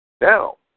Now